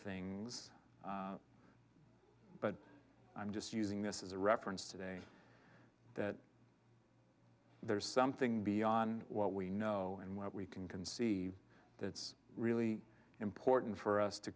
things but i'm just using this as a reference today that there is something beyond what we know and what we can can see that's really important for us to